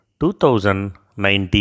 2019